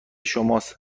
شماست